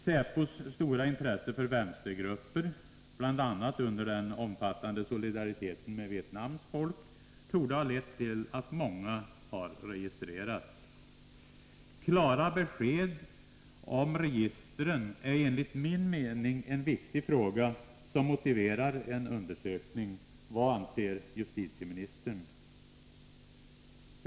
Säpos stora intresse för vänstergrupper, bl.a. i samband med den omfattande solidariteten med Vietnams folk, torde ha lett till att många har registrerats. Klara besked om registren är enligt min mening en viktig fråga som motiverar en undersökning. Vad anser justitieministern?